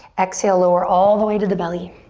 exhale, lower all the way to the belly.